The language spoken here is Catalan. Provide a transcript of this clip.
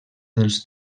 dels